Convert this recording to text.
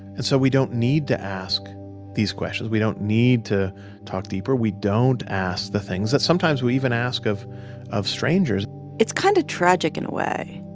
and so we don't need to ask these questions. we don't need to talk deeper. we don't ask the things that sometimes we even ask of of strangers it's kind of tragic in a way.